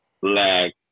black